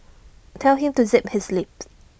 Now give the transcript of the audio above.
tell him to zip his lips